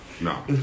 No